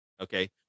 Okay